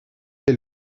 est